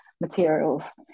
materials